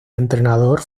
entrenador